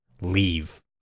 leave